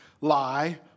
lie